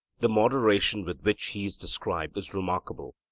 the moderation with which he is described is remarkable,